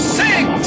six